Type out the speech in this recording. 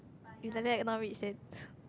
if like that not rich then